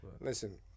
Listen